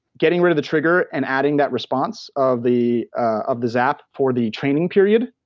getting rid of the trigger and adding that response of the of the zap for the training period,